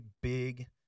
big